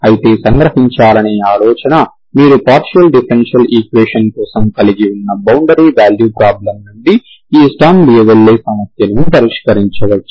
అయితే సంగ్రహించాలనే ఆలోచన మీరు పార్షియల్ డిఫరెన్షియల్ ఈక్వేషన్ కోసం కలిగి ఉన్న బౌండరీ వాల్యూ ప్రాబ్లం నుండి ఈ స్టర్మ్ లియోవిల్లే సమస్యను పరిష్కరించవచ్చు